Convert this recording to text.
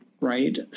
right